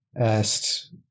asked